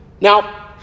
Now